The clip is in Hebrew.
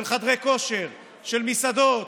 של חדרי כושר, של מסעדות,